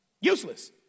Useless